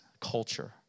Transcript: culture